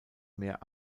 meer